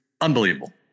unbelievable